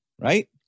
Right